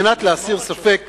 על מנת להסיר ספק